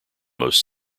most